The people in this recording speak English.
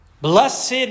Blessed